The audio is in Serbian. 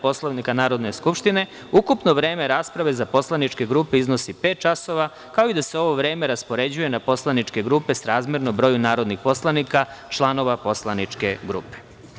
Poslovnika Narodne skupštine ukupno vreme rasprave za poslaničke grupe iznosi pet časova kao i da se ovo vreme raspoređuje na poslaničke grupe srazmerno broju narodnih poslanika članova poslaničke grupe.